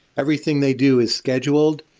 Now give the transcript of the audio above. everything they do is scheduled.